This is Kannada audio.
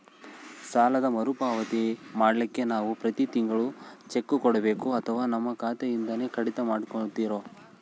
ಸಾಲದ ಮರುಪಾವತಿ ಮಾಡ್ಲಿಕ್ಕೆ ನಾವು ಪ್ರತಿ ತಿಂಗಳು ಚೆಕ್ಕು ಕೊಡಬೇಕೋ ಅಥವಾ ನಮ್ಮ ಖಾತೆಯಿಂದನೆ ಕಡಿತ ಮಾಡ್ಕೊತಿರೋ?